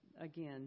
again